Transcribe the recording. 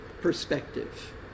perspective